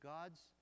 God's